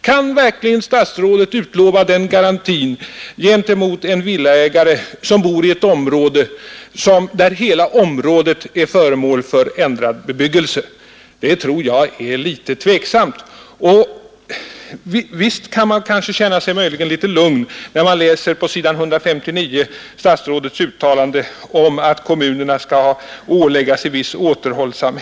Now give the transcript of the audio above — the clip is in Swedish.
Kan verkligen statsrådet utlova den garantin åt villaägare som bor i en trakt där hela området är föremål för ändrad bebyggelse? Jag tror att det är litet tveksamt. Visst kan man möjligen känna sig lugnad när man på sidan 159 i propositionen läser statsrådets uttalande att kommunerna själva skall ålägga sig en viss återhållsamhet.